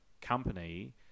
company